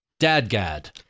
Dadgad